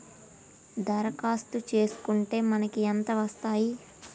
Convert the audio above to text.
దరఖాస్తు చేస్కుంటే మనకి ఎంత వస్తాయి?